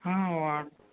వా